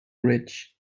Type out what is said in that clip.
rich